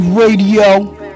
Radio